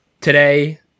today